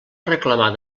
reclamar